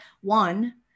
one-